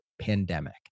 pandemic